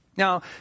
Now